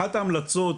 אחת ההמלצות,